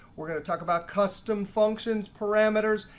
we're going to talk about custom functions, parameters,